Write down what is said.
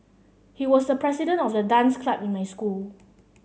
he was the president of the dance club in my school